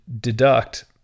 deduct